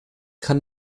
kann